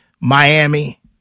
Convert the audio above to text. Miami